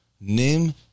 name